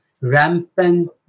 Rampant